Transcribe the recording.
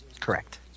Correct